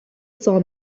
saw